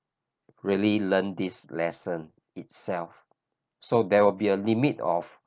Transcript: really learn this lesson itself so there will be a limit of